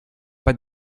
pas